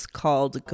called